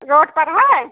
road पर है